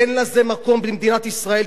אין לזה מקום במדינת ישראל,